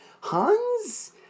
Hans